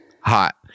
Hot